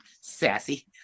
sassy